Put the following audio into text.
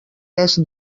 est